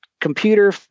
computer